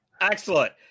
Excellent